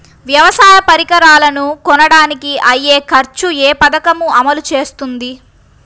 వ్యవసాయ పరికరాలను కొనడానికి అయ్యే ఖర్చు ఏ పదకము అమలు చేస్తుంది?